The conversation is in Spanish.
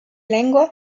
lengua